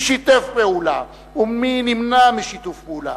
מי שיתף פעולה ומי נמנע משיתוף פעולה,